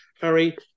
Harry